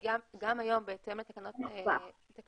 גם היום בהתאם לתקנות אפשרות,